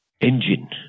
engine